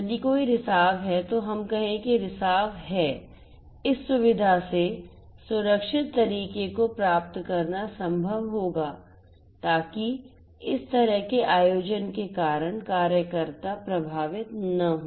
यदि कोई रिसाव है तो हम कहें कि रिसाव है इस सुविधा से सुरक्षित तरीके को प्राप्त करना संभव होगा ताकि इस तरह के आयोजन के कारण कार्यकर्ता प्रभावित न हो